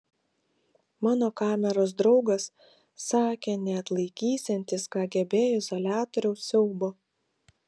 mano kameros draugas sakė neatlaikysiantis kgb izoliatoriaus siaubo